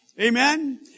Amen